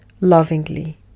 lovingly